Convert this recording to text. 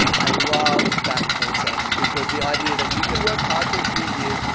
i love that concept because the idea that you can work hard for a few years,